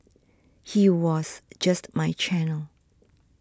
he was just my channel